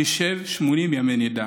תשב 80 ימי נידה.